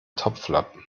topflappen